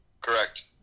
Correct